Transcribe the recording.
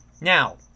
Now